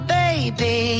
baby